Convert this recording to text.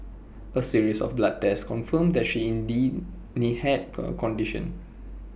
A series of blood tests confirmed that she indeed need had the condition